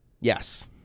Yes